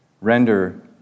render